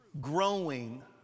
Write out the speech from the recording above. growing